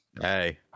hey